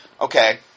okay